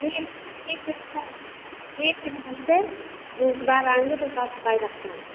ठीक ठीक है अच्छा ठीक है नमस्ते जो इस बार आएंगे तो साफ सफाई रखना